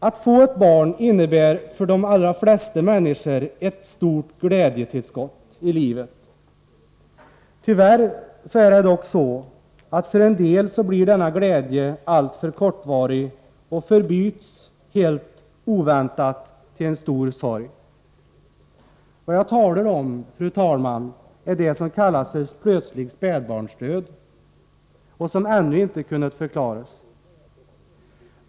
Att få ett barn innebär för de allra flesta människor ett stort glädjetillskott i livet. Tyvärr blir denna glädje för en del människor alltför kortvarig och förbyts helt oväntat i en stor sorg. Vad jag talar om, fru talman, är det som kallas plötslig spädbarnsdöd och som ännu inte kunnat förklaras.